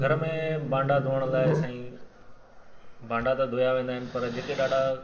घर में भांडा धोअणु लाइ साईं भांडा त धोया वेंदा आहिनि पर जेके ॾाढा